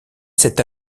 cette